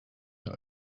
than